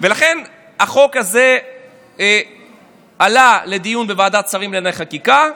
החוק הזה עלה לדיון בוועדת השרים לענייני חקיקה.